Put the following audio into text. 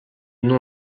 non